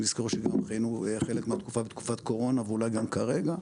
נזכור שגם חלק מהתקופה הייתה תקופת קורונה ואולי גם כרגע,